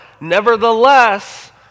Nevertheless